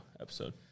episode